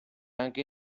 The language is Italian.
anche